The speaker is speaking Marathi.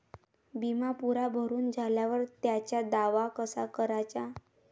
बिमा पुरा भरून झाल्यावर त्याचा दावा कसा कराचा?